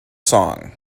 song